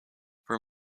four